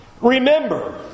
Remember